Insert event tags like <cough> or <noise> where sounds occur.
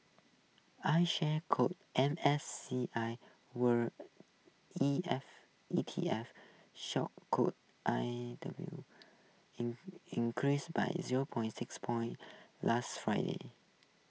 iShares core M S C I world E F E T F shock code I W <unintelligible> increased by zero points six points last Friday